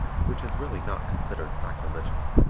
which is really not considered sacrilegious.